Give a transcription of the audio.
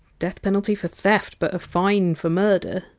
death penalty for theft, but a fine for murder.